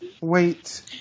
wait